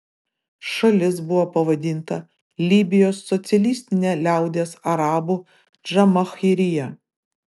šalis buvo pavadinta libijos socialistine liaudies arabų džamahirija